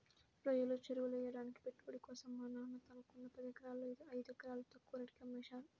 రొయ్యల చెరువులెయ్యడానికి పెట్టుబడి కోసం మా నాన్న తనకున్న పదెకరాల్లో ఐదెకరాలు తక్కువ రేటుకే అమ్మేశారు